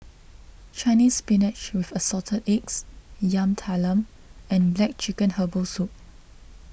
Chinese Spinach with Assorted Eggs Yam Talam and Black Chicken Herbal Soup